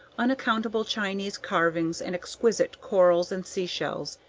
unaccountable chinese carvings and exquisite corals and sea-shells,